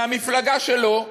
מהמפלגה שלו: